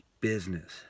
business